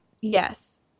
yes